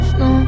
no